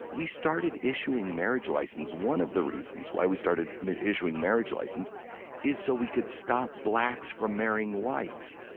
we started issuing marriage licenses one of the reasons why we started issuing marriage licenses is so we could stop blacks from marrying whites.